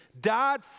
died